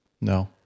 no